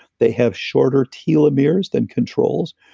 they have shorter telomeres than controls,